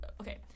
okay